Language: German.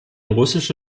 russische